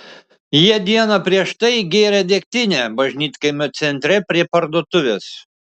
jie dieną prieš tai gėrė degtinę bažnytkaimio centre prie parduotuvės